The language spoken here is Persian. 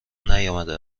نیامده